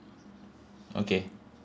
okay